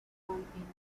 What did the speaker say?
continuar